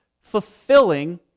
fulfilling